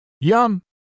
Yum